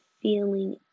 feeling